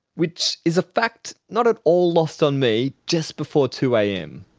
which is a fact not at all lost on me just before two am.